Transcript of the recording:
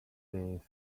this